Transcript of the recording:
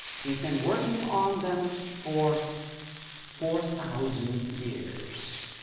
he's been working on them for four thousand years.